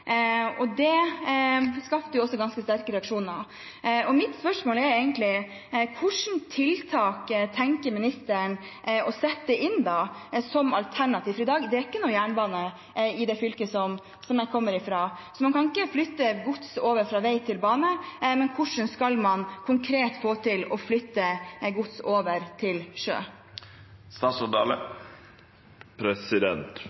og det skapte ganske sterke reaksjoner. Mitt spørsmål er egentlig: Hvilke tiltak tenker ministeren å sette inn som alternativ? For det er ikke noen jernbane i det fylket som jeg kommer fra, man kan ikke flytte gods over fra vei til bane. Hvordan skal man konkret få til å flytte gods over til